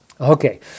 Okay